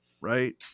right